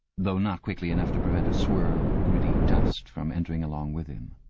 though not quickly enough to prevent a swirl of gritty dust from entering along with him.